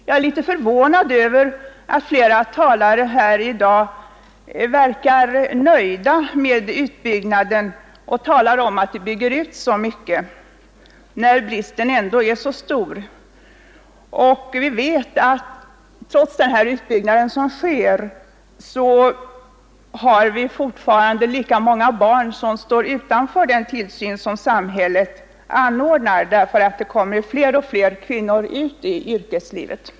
Jag är litet förvånad över att flera talare här i dag verkar nöjda med utbyggnaden och talar om att vi bygger ut så mycket, när bristen ändå är så stor. Trots den utbyggnad som sker står fortfarande lika många barn utanför den tillsyn som samhället anordnar, eftersom fler och fler kvinnor kommer ut i yrkeslivet.